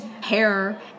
hair